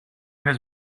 has